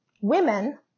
women